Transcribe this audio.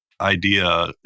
idea